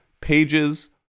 pages